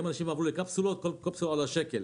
היום אנשים עברו לקפסולות, שכל קפסולה עולה שקל.